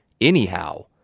anyhow